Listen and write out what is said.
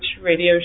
Radio